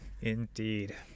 Indeed